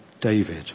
David